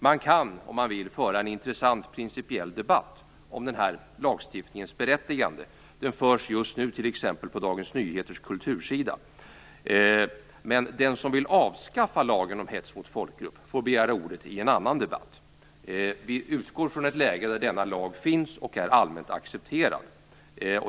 Man kan, om man vill, föra en intressant principiell debatt om den här lagstiftningens berättigande. Den förs t.ex. just nu på Dagens Nyheters kultursida. Men den som vill avskaffa lagen om hets mot folkgrupp får begära ordet i en annan debatt. Vi utgår från ett läge där denna lag finns och är allmänt accepterad.